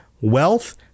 wealth